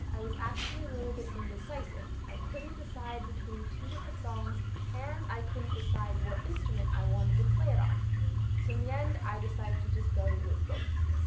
i was actually a little bit indecisive. i couldn't decide between two different songs and i couldn't decide what instrument i wanted to play it on. so in the end, i decided to just go with both.